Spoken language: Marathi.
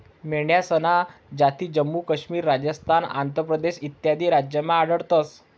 मेंढ्यासन्या जाती जम्मू काश्मीर, राजस्थान, आंध्र प्रदेश इत्यादी राज्यमा आढयतंस